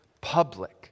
public